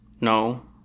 No